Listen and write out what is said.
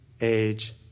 age